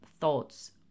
thoughts